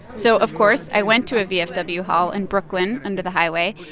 so of course, i went to a vfw hall in brooklyn under the highway,